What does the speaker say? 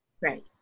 Right